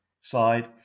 side